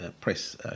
press